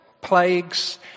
Plagues